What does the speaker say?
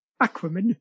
Aquaman